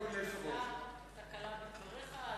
תקלה בדבריך.